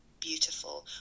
beautiful